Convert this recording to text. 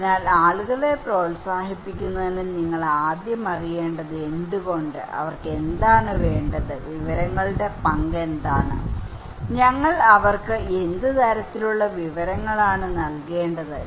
അതിനാൽ ആളുകളെ പ്രോത്സാഹിപ്പിക്കുന്നതിന് നിങ്ങൾ ആദ്യം അറിയേണ്ടത് എന്തുകൊണ്ട് അവർക്ക് എന്താണ് വേണ്ടത് വിവരങ്ങളുടെ പങ്ക് എന്താണ് ഞങ്ങൾ അവർക്ക് എന്ത് തരത്തിലുള്ള വിവരങ്ങളാണ് നൽകേണ്ടത്